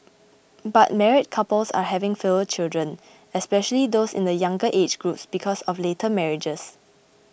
but married couples are having fewer children especially those in the younger age groups because of later marriages